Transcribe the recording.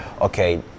okay